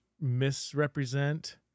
misrepresent